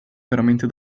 veramente